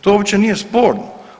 To uopće nije sporno.